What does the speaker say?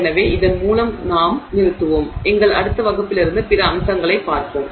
எனவே இதன் மூலம் நாங்கள் நிறுத்துவோம் எங்கள் அடுத்த வகுப்பிலிருந்து பிற அம்சங்களைப் பார்ப்போம்